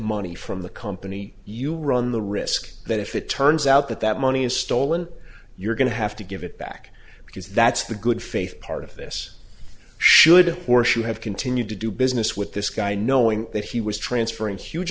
money from the company you run the risk that if it turns out that that money is stolen you're going to have to give it back because that's the good faith part of this should or should have continued to do business with this guy knowing that he was transferring huge